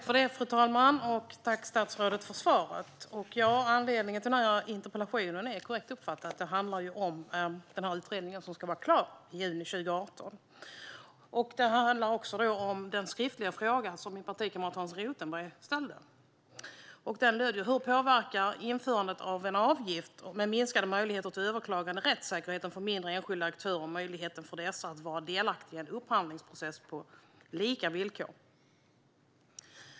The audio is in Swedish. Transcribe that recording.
Fru talman! Tack, statsrådet, för svaret! Anledningen till den här interpellationen är - korrekt uppfattat - den utredning som ska vara klar i juni 2018. Det handlar också om den skriftliga fråga som min partikamrat Hans Rothenberg ställde och som löd: Hur påverkar införandet en avgift och minskade möjligheter till överklagande rättssäkerheten för mindre enskilda aktörer och möjligheterna för dessa att vara delaktiga i en upphandlingsprocess på lika villkor?